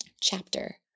chapter